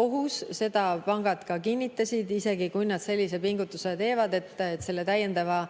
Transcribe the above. ohus. Seda pangad ka kinnitasid, et isegi kui nad sellise pingutuse teevad ja selle täiendava